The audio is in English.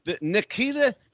Nikita